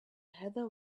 heather